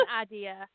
idea